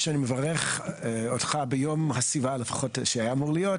אני מברך אותך ביום הסביבה לפחות שהיה אמור להיות,